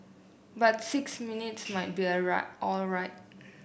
but six minutes might be a right alright